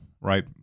right